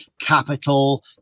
capital